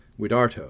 Widarto